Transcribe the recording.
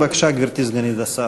בבקשה, גברתי סגנית השר.